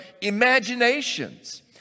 imaginations